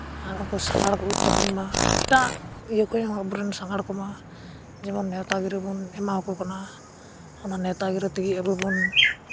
ᱟᱨ ᱩᱱᱠᱩ ᱥᱟᱸᱜᱷᱟᱲ ᱠᱚ ᱩᱫᱩᱜ ᱛᱟᱵᱚᱱ ᱢᱟ ᱮᱴᱟᱜ ᱤᱭᱟᱹ ᱠᱷᱚᱡ ᱦᱚᱸ ᱟᱵᱚ ᱨᱮᱱ ᱥᱟᱸᱜᱷᱟᱲ ᱠᱚᱢᱟ ᱡᱮᱢᱚᱱ ᱱᱮᱶᱛᱟ ᱜᱤᱨᱟᱹ ᱵᱚᱱ ᱮᱢᱟᱣ ᱠᱚ ᱠᱟᱱᱟ ᱚᱱᱟ ᱱᱮᱶᱛᱟ ᱜᱤᱨᱟᱹ ᱛᱮᱜᱮ ᱟᱵᱚ ᱵᱚᱱ